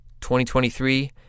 2023